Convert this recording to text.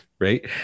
right